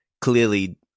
clearly